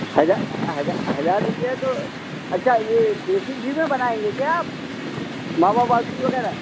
हज़ार हजा हज़ार रुपये तो अच्छा ये देसी घी में बनाएंगी क्या आप मावा बाटी वग़ैरह